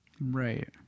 Right